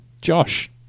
Josh